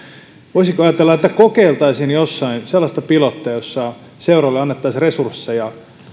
voisiko ajatella kokeiltaisiin jossakin sellaisella pilotilla jossa seuroille annettaisiin resursseja